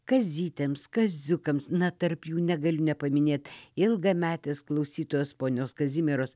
kazytėms kaziukams na tarp jų negaliu nepaminėt ilgametės klausytojos ponios kazimieros